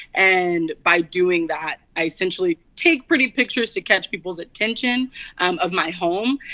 and by doing that, i essentially take pretty pictures to catch people's attention of my home.